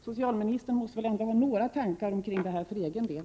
Socialministern måste ändå ha några tankar om detta för egen del.